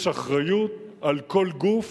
יש אחריות על כל גוף,